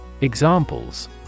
Examples